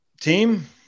team